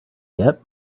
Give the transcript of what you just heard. yet